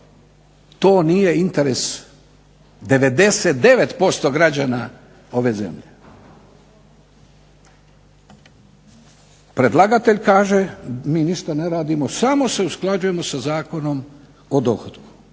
to nije interes 99% građana ove zemlje. Predlagatelj kaže mi ništa ne radimo samo se usklađujemo sa Zakonom o dohotku,